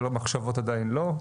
אבל מחשבות עדיין לא.